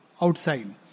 outside